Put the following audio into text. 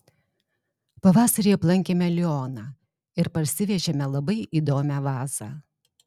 pavasarį aplankėme lioną ir parsivežėme labai įdomią vazą